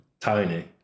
tiny